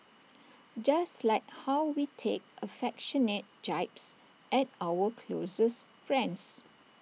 just like how we take affectionate jibes at our closest friends